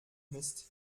mist